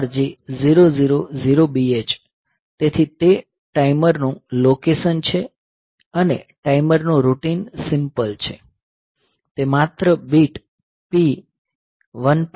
તેથી તે ટાઈમરનું લોકેશન છે અને ટાઈમરનું રૂટિન સિમ્પલ છે તે માત્ર બીટ P 1